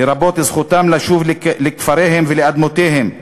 לרבות זכותם לשוב לכפריהם ולאדמותיהם,